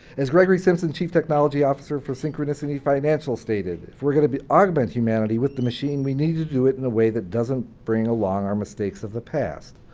is gregory simpson chief technology officer for synchronicity financial stated. if we're going to be augment humanity with the machine, we need to do it in a way that doesn't bring along our mistakes of the past.